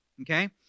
Okay